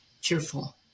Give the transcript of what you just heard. cheerful